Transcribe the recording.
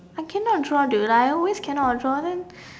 I cannot draw dude I always cannot draw then